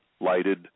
lighted